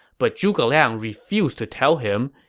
but zhuge liang refused to tell him,